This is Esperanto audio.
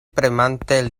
premante